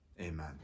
Amen